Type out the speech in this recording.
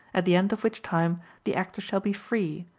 at the end of which time the actor shall be free,